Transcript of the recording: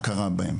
הכרה בהם